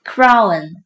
Crown